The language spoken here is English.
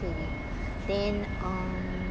then uh